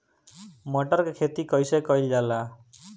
मटर के खेती कइसे कइल जाला?